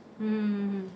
mm mm mm mm